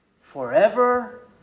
Forever